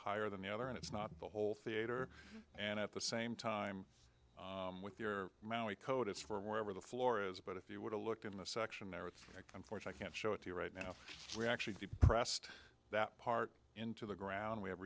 higher than the other and it's not the whole theater and at the same time with your code it's for wherever the floor is but if you were to look in the section where it's unfortunate can't show it to you right now we actually depressed that part into the ground we have